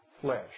flesh